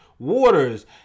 Waters